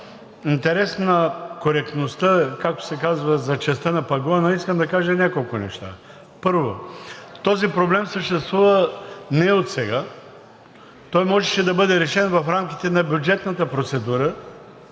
интерес на коректността, както се казва: „За честа на пагона“, искам да кажа няколко неща. Първо, този проблем съществува не отсега. Той можеше да бъде решен в рамките на бюджетната процедура